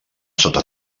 sota